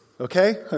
Okay